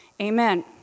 Amen